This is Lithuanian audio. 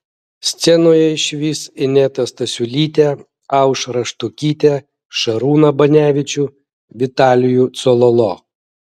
scenoje išvys inetą stasiulytę aušrą štukytę šarūną banevičių vitalijų cololo